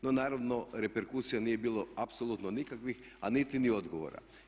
No naravno reperkusija nije bilo apsolutno nikakvih a niti ni odgovora.